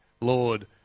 Lord